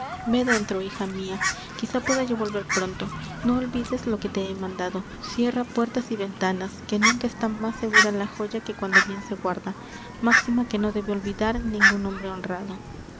dentro hija mia quizá pueda yo volver pronto no olvides lo que te he mandado cierra puertas y ventanas que nunca está más segura la joya que cuando bien se guarda máxima que no debe olvidar ningun hombre honrado